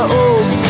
old